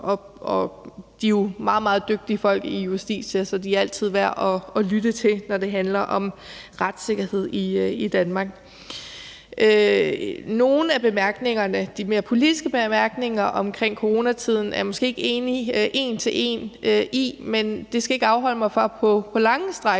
meget, meget dygtige folk i Justitia, så de er altid værd at lytte til, når det handler om retssikkerhed i Danmark. Nogle af bemærkningerne, de mere politiske bemærkninger, omkring coronatiden er jeg måske ikke en til en enig i, men det skal ikke afholde mig fra på lange stræk